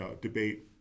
debate